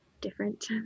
different